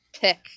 pick